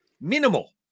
minimal